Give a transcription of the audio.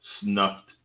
snuffed